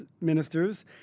ministers